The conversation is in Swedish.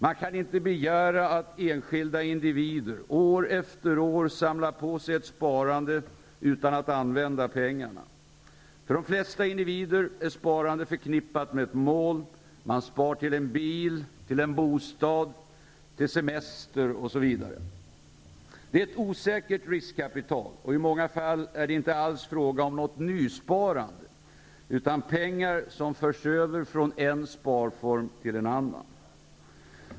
Man kan inte begära att enskilda individer år efter år skall samla på sig ett sparande utan att använda pengarna. För de flesta individer är sparandet förknippat med ett mål. Man sparar till en bil, en bostad, semester, osv. Det är ett osäkert riskkapital, och i många fall är det inte alls fråga om något nysparande utan om pengar som förs över från en sparform till en annan.